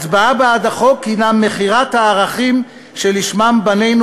הצבעה בעד החוק היא מכירת הערכים שלשמם בנינו